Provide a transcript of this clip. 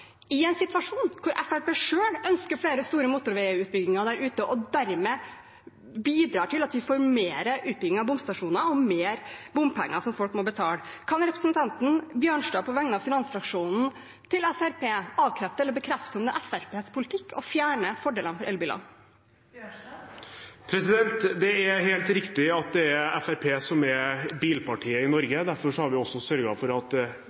i en situasjon der Fremskrittspartiet selv ønsker flere store motorveiutbygginger der ute, og dermed bidrar til at vi får mer utbygging av bomstasjoner og mer bompenger som folk må betale. Kan representanten Bjørnstad på vegne av finansfraksjonen til Fremskrittspartiet avkrefte eller bekrefte at det er Fremskrittspartiets politikk å fjerne fordelene for elbilene? Det er helt riktig at det er Fremskrittspartiet som er bilpartiet i Norge. Derfor har vi også sørget for at